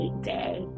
day